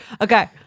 Okay